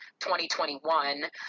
2021